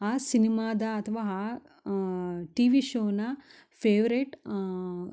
ಆ ಸಿನಿಮಾದ ಅಥ್ವಾ ಆ ಟಿವಿ ಶೋನ ಫೇವ್ರೆಟ್